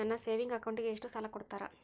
ನನ್ನ ಸೇವಿಂಗ್ ಅಕೌಂಟಿಗೆ ಎಷ್ಟು ಸಾಲ ಕೊಡ್ತಾರ?